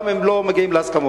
גם אם לא מגיעים להסכמות.